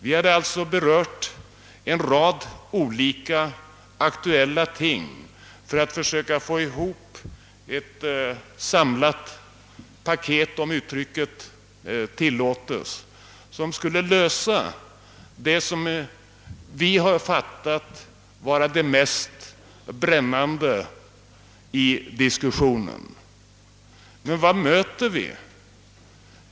Vi hade alltså berört en rad aktuella frågor för att försöka få ett, om uttrycket tillåtes, samlat paket, som skulle lösa det vi ansett vara det mest brännande i diskussionen. Men vad möter vi?